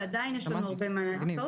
ועדיין יש לנו הרבה לעשות.